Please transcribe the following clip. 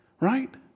right